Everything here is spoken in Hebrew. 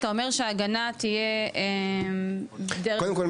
אתה אומר שההגנה תהיה --- קודם כל,